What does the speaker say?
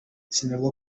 sinavuga